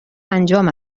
انجام